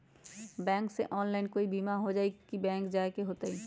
Bank से online कोई बिमा हो जाई कि बैंक जाए के होई त?